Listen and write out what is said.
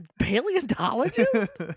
paleontologist